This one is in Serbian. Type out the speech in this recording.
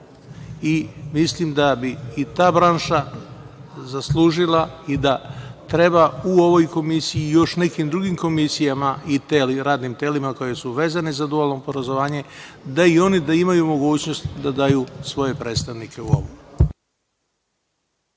I mislim da bi i ta branša zaslužila i da treba i u ovoj komisiji i još nekim drugim komisijama i radnim telima koji su vezani za dualno obrazovanje, da i oni imaju mogućnost da daju svoje predstavnike u ovom.